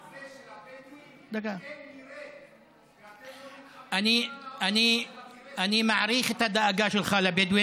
על זה שלבדואים אין מרעה ואתם לא נלחמים למען האוכל של המרעה שלהם.